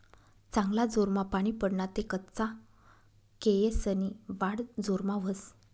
चांगला जोरमा पानी पडना ते कच्चा केयेसनी वाढ जोरमा व्हस